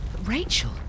Rachel